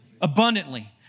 Abundantly